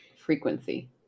frequency